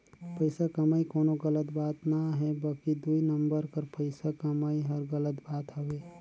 पइसा कमई कोनो गलत बात ना हे बकि दुई नंबर कर पइसा कमई हर गलत बात हवे